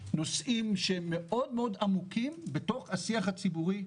נושאים שהם מאוד עמוקים בתוך השיח הציבורי.